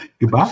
Goodbye